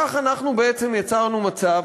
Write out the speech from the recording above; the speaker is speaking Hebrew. כך אנחנו בעצם יצרנו מצב,